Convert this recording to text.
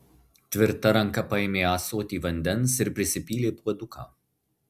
tvirta ranka paėmė ąsotį vandens ir prisipylė puoduką